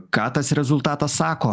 ką tas rezultatas sako